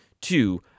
two